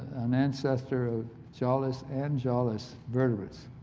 an ancestor of jawless and jawless vertebrates.